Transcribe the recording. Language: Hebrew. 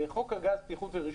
חוק הגז (בטיחות ורישוי),